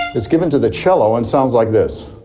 is given to the cello and sounds like this.